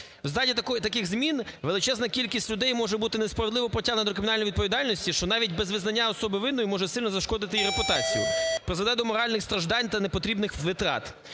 таких змін величезна кількість людей може бути несправедливо притягнута до кримінальної відповідальності, що навіть без визнання особи винною, може сильно зашкодити її репутації, призведе до моральних страждань та непотрібних витрат.